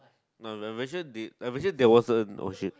no dimension di~ dimension that was a oh shit